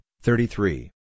thirty-three